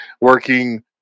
working